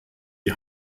die